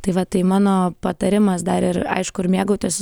tai va tai mano patarimas dar ir aišku ir mėgautis